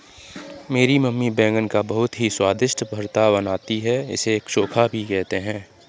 मेरी मम्मी बैगन का बहुत ही स्वादिष्ट भुर्ता बनाती है इसे चोखा भी कहते हैं